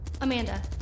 Amanda